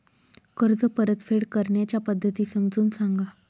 कर्ज परतफेड करण्याच्या पद्धती समजून सांगा